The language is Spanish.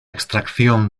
extracción